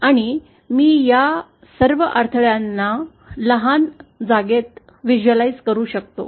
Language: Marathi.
आणि मी या सर्व अडथळ्यांना लहान जागेत दृश्यमान करू शकतो